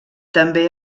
també